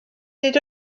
nid